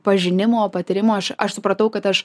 pažinimo patyrimo aš aš supratau kad aš